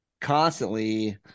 constantly